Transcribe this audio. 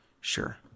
Sure